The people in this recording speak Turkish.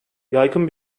yaygın